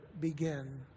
begin